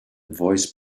voice